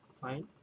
fine